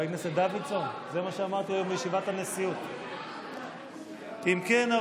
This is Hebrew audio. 39. הצבעה.